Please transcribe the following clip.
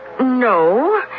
No